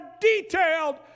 detailed